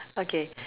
okay